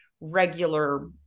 regular